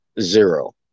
zero